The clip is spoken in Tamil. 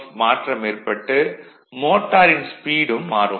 ல் மாற்றம் ஏற்பட்டு மோட்டாரின் ஸ்பீடும் மாறும்